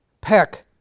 peck